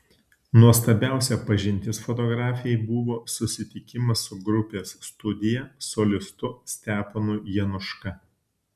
nuostabiausia pažintis fotografei buvo susitikimas su grupės studija solistu steponu januška